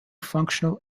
functional